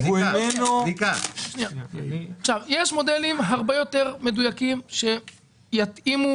יש מודלים הרבה יותר מדויקים שיתאימו